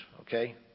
Okay